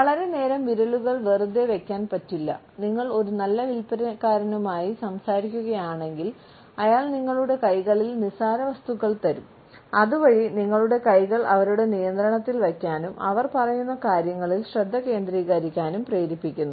വളരെ നേരം വിരലുകൾ വെറുതെ വെക്കാൻ പറ്റില്ല നിങ്ങൾ ഒരു നല്ല വിൽപ്പനക്കാരനുമായി സംസാരിക്കുകയാണെങ്കിൽ അയാൾ നിങ്ങളുടെ കൈകളിൽ നിസ്സാരവസ്തുകൾ തരും അതുവഴി നിങ്ങളുടെ കൈകൾ അവരുടെ നിയന്ത്രണത്തിൽ വയ്ക്കാനും അവർ പറയുന്ന കാര്യങ്ങളിൽ ശ്രദ്ധ കേന്ദ്രീകരിക്കാനും പ്രേരിപ്പിക്കുന്നു